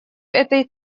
этой